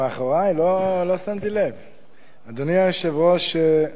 אדוני היושב-ראש,